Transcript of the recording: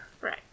Right